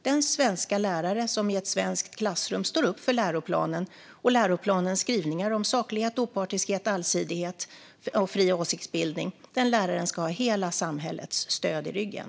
Den svenska lärare som i ett svenskt klassrum står upp för läroplanen och läroplanens skrivningar om saklighet, opartiskhet, allsidighet och fri åsiktsbildning ska ha hela samhällets stöd i ryggen.